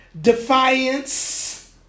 defiance